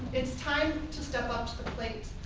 it's time to step up to the plate.